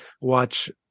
watch